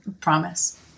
Promise